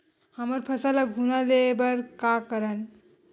हमर फसल ल घुना ले बर का करन?